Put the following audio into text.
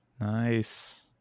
Nice